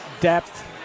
depth